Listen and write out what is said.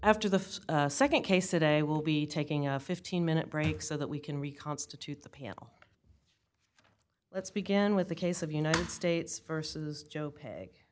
after the nd case a day will be taking a fifteen minute break so that we can reconstitute the panel let's begin with the case of united states versus joe p